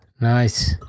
Nice